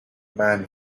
man